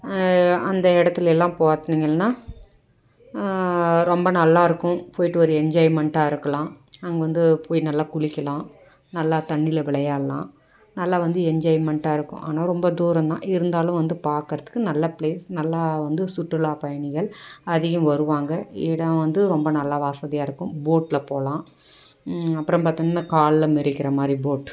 அந்த இடத்துலலாம் பார்த்திங்கன்னா ரெம்ப நல்லா இருக்கும் போயிட்டு ஒரு என்ஜாய்மெண்ட்டா இருக்கலாம் அங்கே வந்து போய் நல்லா குளிக்கலாம் நல்லா தண்ணியில் விளையாடலாம் நல்லா வந்து என்ஜாய்மெண்ட்டாக இருக்கும் ஆனால் ரெம்ப தூரம் தான் இருந்தாலும் வந்து பார்க்கறதுக்கு நல்ல பிளேஸ் நல்லா வந்து சுற்றுலாப் பயணிகள் அதிகம் வருவாங்கள் இடம் வந்து ரெம்ப நல்லா வசதியாக இருக்கும் போடல போகலாம் அப்புறம் பார்த்தோம்னா காலைல மிதிக்கிற மாதிரி போட்